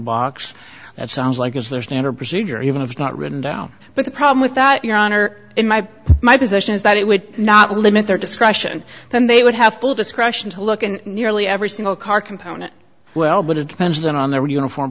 box that sounds like it's their standard procedure even if it's not written down but the problem with that your honor in my my position is that it would not limit their discretion then they would have full discretion to look at nearly every single car component well but it depends then on their uniform